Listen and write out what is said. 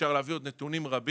אפשר להביא עוד נתונים רבים